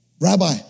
Rabbi